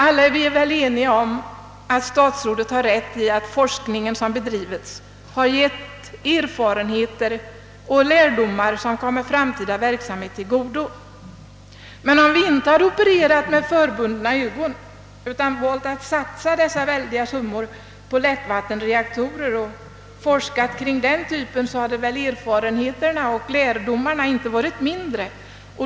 Alla är vi väl ense om att statsrådet har rätt i att forskningen som bedrives har gett erfarenheter och lärdomar som kommer framtida verksamhet till godo; men om vi inte hade opererat med förbundna ögon utan satsat dessa väldiga summor på lättvattenreaktorer och forskat kring den typen, så hade väl erfarenheterna och lärdomarna inte varit mindre.